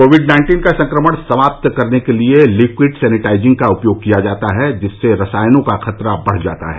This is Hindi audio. कोविड नाइन्टीन का संक्रमण समाप्त करने के लिये लिक्विड सैनिटाइजिंग का उपयोग किया जाता है जिससे रसायनों का खतरा बढ़ जाता है